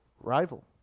rival